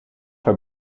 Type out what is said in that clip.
haar